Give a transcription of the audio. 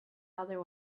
other